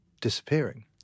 disappearing